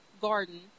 Garden